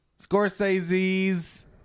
Scorsese's